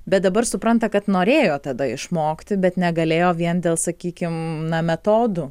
bet dabar supranta kad norėjo tada išmokti bet negalėjo vien dėl sakykim na metodų